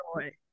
joy